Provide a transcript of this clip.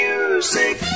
Music